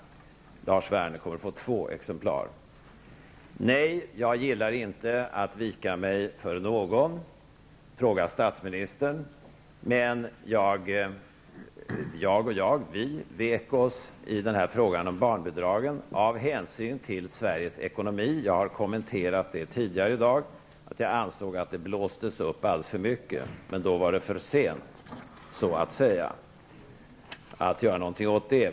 Lars Werner kommer att få två exemplar. Nej, jag gillar inte att vika mig för någon. Fråga statsministern! Vi vek oss i den här frågan om barnbidragen av hänsyn till Sveriges ekonomi. Jag har kommenterat det tidigare i dag -- att jag ansåg att det blåstes upp alldeles för mycket. Men då var det för sent, så att säga, att göra någonting åt det.